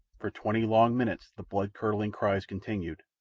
for twenty long minutes the blood-curdling cries continued,